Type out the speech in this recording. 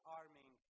arming